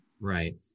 right